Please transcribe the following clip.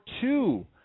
two